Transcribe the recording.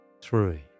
Three